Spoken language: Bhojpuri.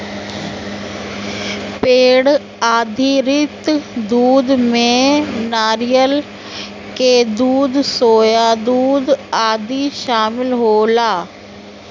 पेड़ आधारित दूध में नारियल के दूध, सोया दूध आदि शामिल होला